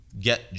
Get